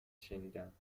شنیدم